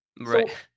Right